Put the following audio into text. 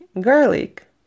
garlic